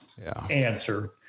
Answer